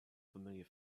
familiar